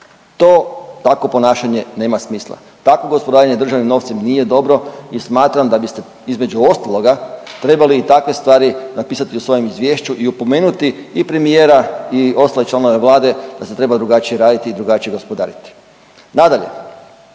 To takvo ponašanje nema smisla. Takvo gospodarenje državnim novcem nije dobro i smatram da biste između ostaloga trebali i takve stvari napisati u svojem izvješću i opomenuti i premijera i ostale članove Vlade da se treba drugačije raditi i drugačije gospodariti. Nadalje,